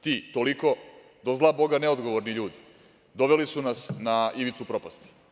Ti, toliko, do zla boga neodgovorni ljudi, doveli su nas na ivicu propasti.